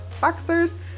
boxers